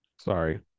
Sorry